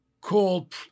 called